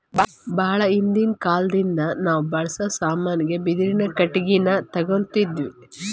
ಭಾಳ್ ಹಿಂದಿನ್ ಕಾಲದಿಂದಾನು ನಾವ್ ಬಳ್ಸಾ ಸಾಮಾನಿಗ್ ಬಿದಿರಿನ್ ಕಟ್ಟಿಗಿನೆ ತೊಗೊತಿದ್ವಿ